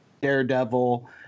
daredevil